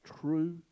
true